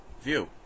view